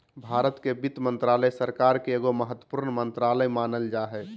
भारत के वित्त मन्त्रालय, सरकार के एगो महत्वपूर्ण मन्त्रालय मानल जा हय